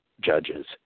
judges